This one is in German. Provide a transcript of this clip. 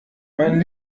mein